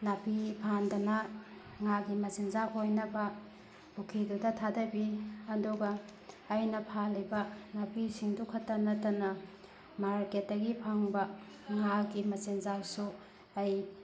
ꯅꯥꯄꯤ ꯐꯥꯟꯗꯅ ꯉꯥꯒꯤ ꯃꯆꯤꯟꯖꯥꯛ ꯑꯣꯏꯅꯕ ꯄꯨꯈ꯭ꯔꯤꯗꯨꯗ ꯊꯥꯊꯕꯤ ꯑꯗꯨꯒ ꯑꯩꯅ ꯐꯥꯜꯂꯤꯕ ꯅꯥꯄꯤꯁꯤꯡꯗꯨ ꯈꯛꯇ ꯅꯠꯇꯅ ꯃꯥꯔꯀꯦꯠꯇꯒꯤ ꯐꯪꯕ ꯉꯥꯒꯤ ꯃꯆꯤꯟꯖꯥꯛꯁꯨ ꯑꯩ